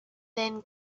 then